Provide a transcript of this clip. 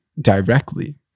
directly